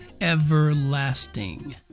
Everlasting